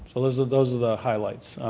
so those are those are the highlights.